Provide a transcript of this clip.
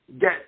get